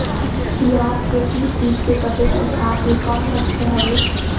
पियाज के टीप टीप के पतई सुखात हे कौन लक्षण हवे?